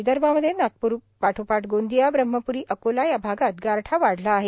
विदर्भामध्ये नागपूर पाठोपाठ गोंदिया ब्रहमपुरी अकोला या भागात गारठा वाढला आहे